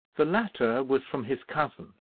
the latter was from his cousin,